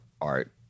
art